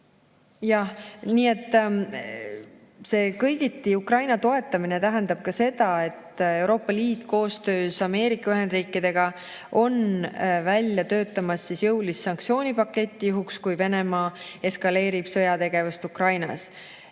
Nii et see kõigiti Ukraina toetamine tähendab ka seda, et Euroopa Liit koostöös Ameerika Ühendriikidega töötab välja jõulist sanktsioonipaketti juhuks, kui Venemaa eskaleerib sõjategevust Ukrainas.